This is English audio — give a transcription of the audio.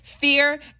fear